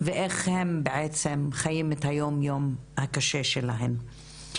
ואיך הם למעשה חיים את היום-יום הקשה שלהם.